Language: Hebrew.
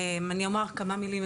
אני אומר כמה מילים,